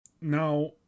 now